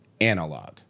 Analog